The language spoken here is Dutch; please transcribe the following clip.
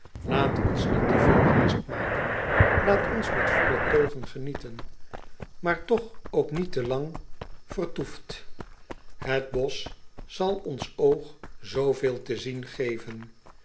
aat ons niet te veel haast maken aat ons met volle teugen genieten aar toch ook niet te lang acobus raandijk andelingen door ederland met pen en potlood eel vertoefd et bosch zal ons oog zooveel te zien geven